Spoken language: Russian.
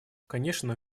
конечно